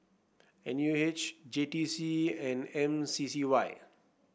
N U H J T C and M C C Y